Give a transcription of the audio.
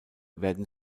werden